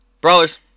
Brawlers